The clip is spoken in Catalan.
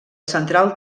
central